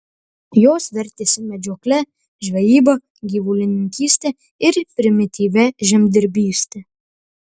jos vertėsi medžiokle žvejyba gyvulininkyste ir primityvia žemdirbyste